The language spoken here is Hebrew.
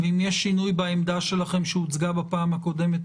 ואם יש שינוי בעמדה שלכם שהוצגה בפעם הקודמת,